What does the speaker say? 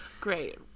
great